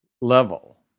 level